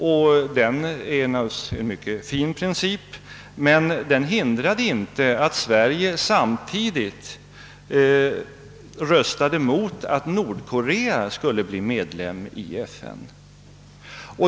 Det är naturligtvis en mycket fin princip, men den har inte hindrat att Sverige avstått från att stödja kravet om att Nordkorea skulle bli medlem av FN.